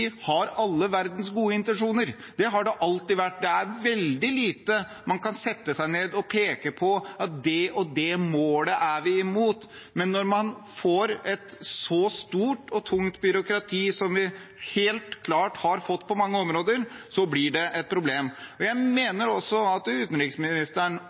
har all verdens gode intensjoner. Det har det alltid hatt. Det er veldig lite man kan sette seg ned og peke på og si at det og det målet er vi imot. Men når man får et så stort og tungt byråkrati som vi helt klart har fått på mange områder, blir det et problem. Jeg mener også at utenriksministeren, Høyre og